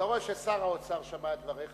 אתה רואה ששר האוצר שמע את דבריך,